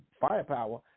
firepower